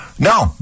No